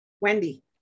Wendy